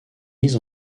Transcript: mis